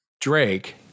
Drake